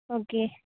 okay